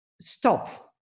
stop